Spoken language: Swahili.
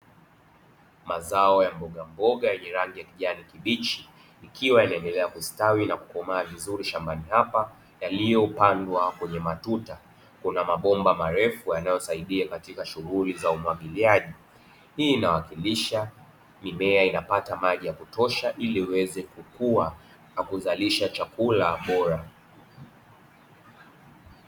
Mazao ya mbogamboga yenye rangi ya kijani kibichi yakiwa yanaendelea kustawi na kukomaa vizuri shambani hapa, yaliyopandwa kwenye matuta kuna mabomba yanayo saidia katika shughuli za umwagiliaji; hii inawakilisha mimea inapata maji ya kutosha ili iweze kukua na kuzalisha chakula bora.